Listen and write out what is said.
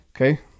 okay